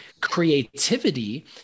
creativity